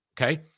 okay